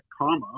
comma